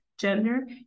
gender